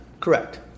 Correct